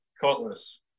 Cutlass